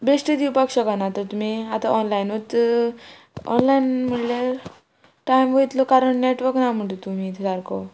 बेश्टे दिवपाक शकना तो तुमी आतां ऑनलायनूच ऑनलायन म्हणल्यार टायम वयतलो कारण नेटवर्क ना म्हणटा तुमी सारको